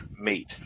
meet